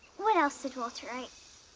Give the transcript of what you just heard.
what else did walter write?